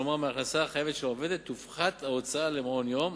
כלומר מההכנסה החייבת של העובדת תופחת ההוצאה למעון-היום.